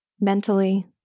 mentally